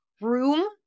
room